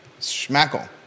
Schmackle